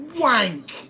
wank